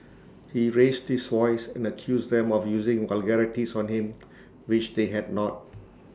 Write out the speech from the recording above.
he raised his voice and accused them of using vulgarities on him which they had not